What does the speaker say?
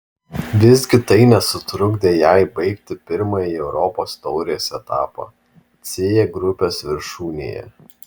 visgi tai nesutrukdė jai baigti pirmąjį europos taurės etapą c grupės viršūnėje